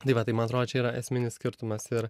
tai va tai man atrodo čia yra esminis skirtumas ir